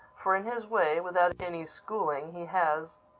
for, in his way without any schooling he has,